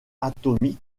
atomique